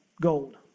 gold